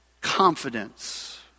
confidence